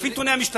לפי נתוני המשטרה,